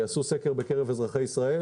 אחת החברות עשתה סקר בקרב אזרחי ישראל